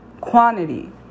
quantity